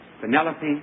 Penelope